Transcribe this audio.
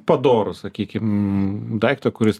padorų sakykim daiktą kuris